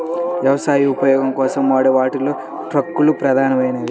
వ్యవసాయ ఉపయోగం కోసం వాడే వాటిలో ట్రక్కులు ప్రధానమైనవి